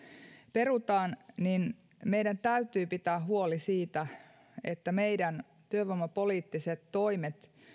perutaan meidän täytyy pitää huoli siitä että meidän työvoimapoliittiset toimemme